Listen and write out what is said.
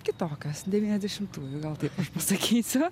kitokios devyniasdešimtų gal taip sakysiu